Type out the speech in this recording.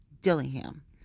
Dillingham